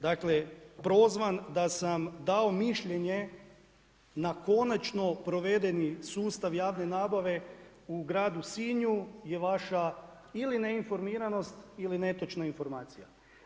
Dakle prozvan da sam dao mišljenje na konačno provedeni sustav javne nabave u gradu Sinju je vaša ili neinformiranost ili netočna informacija.